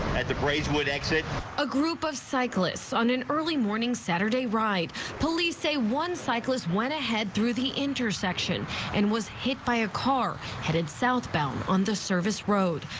the great would exit a group of cyclists on an early morning saturday right police say one cyclists went ahead through the intersection and was hit by a car headed southbound on the service road.